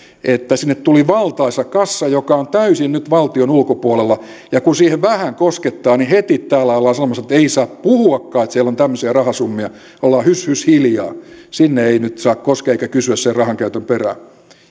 että sinne tuli valtaisa kassa joka on täysin nyt valtion ulkopuolella ja kun siihen vähän koskettaa niin heti täällä ollaan sanomassa että ei saa puhuakaan että siellä on tämmöisiä rahasummia ollaan hys hys hiljaa sinne ei nyt saa koskea eikä kysyä sen rahankäytön perään